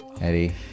Eddie